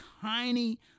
tiny